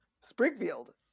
Springfield